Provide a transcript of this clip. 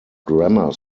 grammar